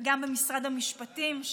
וגם במשרד המשפטים,